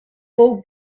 fou